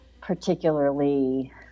particularly